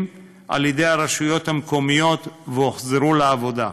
על-ידי הרשויות המקומיות והוחזרו לעבודה.